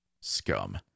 Scum